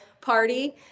party